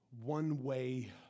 one-way